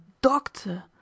doctor